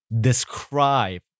describe